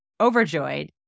overjoyed